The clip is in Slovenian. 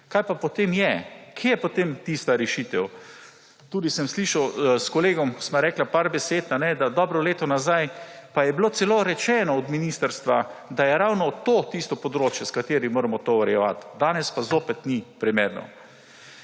Kaj pa potem je? Kje je potem tista rešitev? Slišal sem tudi, s kolegom sva rekla nekaj besed, da je bilo dobro leto nazaj celo rečeno od ministrstva, da je ravno to tisto področje, s katerim moramo to urejevati, danes pa zopet ni primerno.